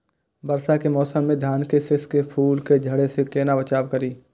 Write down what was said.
वर्षा के मौसम में धान के शिश के फुल के झड़े से केना बचाव करी?